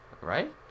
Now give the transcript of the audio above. right